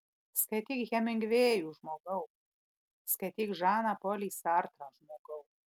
skaityk hemingvėjų žmogau skaityk žaną polį sartrą žmogau